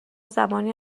زمانی